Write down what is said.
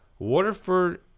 Waterford